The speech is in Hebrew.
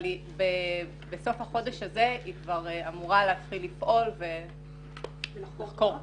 אבל בסוף החודש הזה היא כבר אמורה להתחיל לפעול ולחקור תאונות.